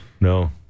no